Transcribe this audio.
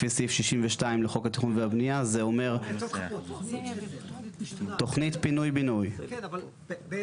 לפי סעיף 62 לחוק התכנון והבנייה --- תוכנית פינוי בינוי --- דקה.